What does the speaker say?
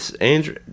Andrew